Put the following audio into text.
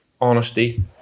Honesty